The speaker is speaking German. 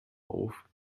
auf